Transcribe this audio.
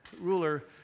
ruler